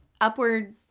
upward